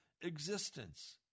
existence